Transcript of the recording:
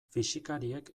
fisikariek